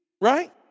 right